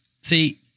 see